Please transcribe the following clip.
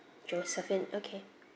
josephine okay